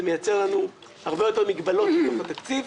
זה מייצר לנו הרבה יותר מגבלות בתקציב.